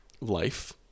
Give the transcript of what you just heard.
life